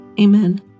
Amen